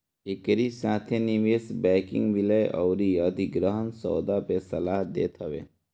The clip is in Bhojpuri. एकरी साथे निवेश बैंकिंग विलय अउरी अधिग्रहण सौदा पअ सलाह देत हवे